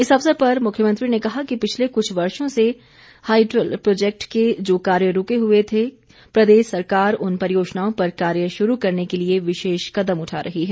इस अवसर पर मुख्यमंत्री ने कहा कि पिछले कुछ वर्षो से हाईडल प्रोजेक्ट के जो कार्य रूके हुए थे प्रदेश सरकार उन परियोजनाओं पर कार्य शुरू करने के लिए विशेष कदम उठा रही है